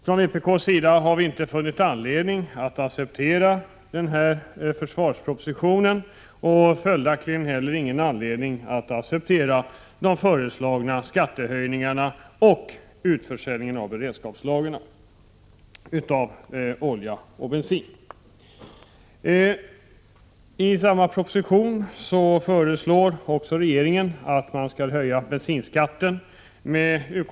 Från vpk:s sida har vi inte funnit anledning att acceptera försvarspropositionen, och följaktligen har vi heller ingen anledning att acceptera de föreslagna skattehöjningarna och utförsäljningen av beredskapslagren av olja och bensin. I samma proposition föreslår regeringen att man skall höja bensinskatten.